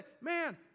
man